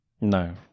No